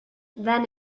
then